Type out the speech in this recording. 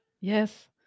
Yes